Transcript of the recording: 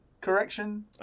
correction